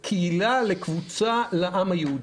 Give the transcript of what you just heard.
לקהילה, לקבוצה לעם היהודי.